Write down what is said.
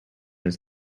his